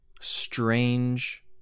strange